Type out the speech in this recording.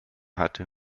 hatte